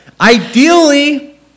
Ideally